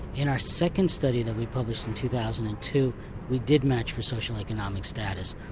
in our second study that we published in two thousand and two we did match for social economic status.